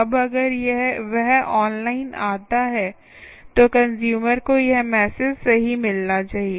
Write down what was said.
अब अगर वह ऑनलाइन आता है तो कंस्यूमर को यह मैसेज सही मिलना चाहिए